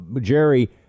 Jerry